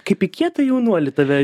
kaip į kietą jaunuolį tave